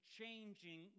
changing